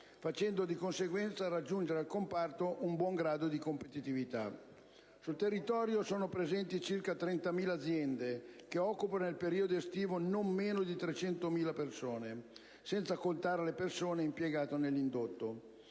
facendo di conseguenza raggiungere al comparto un buon grado di competitività. Sul territorio sono presenti circa 30.000 aziende che occupano nel periodo estivo non meno di 300.000 persone, senza contare le persone impiegate nell'indotto.